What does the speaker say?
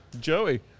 Joey